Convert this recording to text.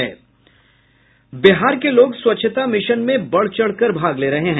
बिहार के लोग स्वच्छता मिशन में बढ़ चढ़ कर भाग ले रहे हैं